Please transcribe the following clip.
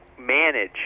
manage